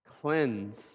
cleanse